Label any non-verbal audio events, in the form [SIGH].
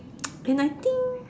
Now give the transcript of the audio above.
[NOISE] and I think